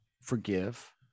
forgive